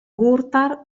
ghurtar